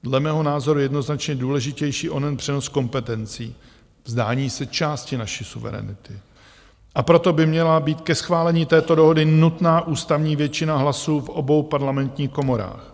Dle mého názoru jednoznačně důležitější je onen přenos kompetencí, vzdání se části naší suverenity, a proto by měla být ke schválení této dohody nutná ústavní většina hlasů v obou parlamentních komorách.